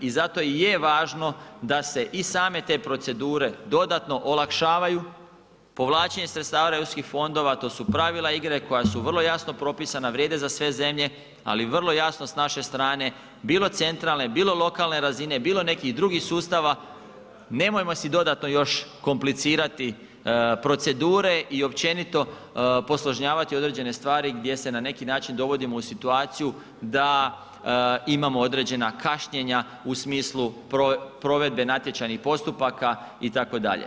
I zato i je važno da se i same te procedure dodatno olakšavaju, povlačenje sredstava europskih fondova to su pravila igre koja su vrlo jasno propisana, vrijede za sve zemlje, ali vrlo jasno s naše strane bilo centralne, bilo lokalne razine, bilo nekih drugih sustava nemojmo si dodatno još komplicirati procedure i općenito posložnjavati određene stvari gdje se na neki način dovodimo u situaciju da imamo određena kašnjenja u smislu provedbe natječajnih postupaka itd.